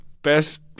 Best